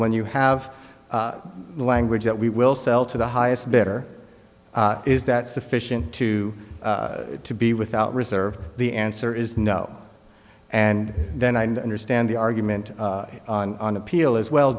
when you have the language that we will sell to the highest bidder is that sufficient to to be without reserve the answer is no and then i understand the argument on appeal as well